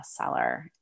bestseller